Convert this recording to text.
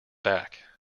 back